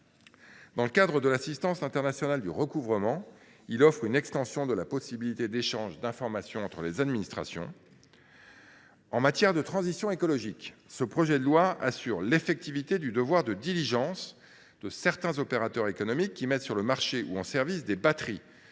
Dans le cadre de l’assistance internationale au recouvrement, il offre une extension de la possibilité d’échange d’informations entre les administrations. En matière de transition écologique, ce projet de loi assure l’effectivité du devoir de diligence de certains opérateurs économiques qui mettent sur le marché ou en service des batteries